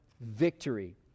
victory